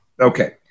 Okay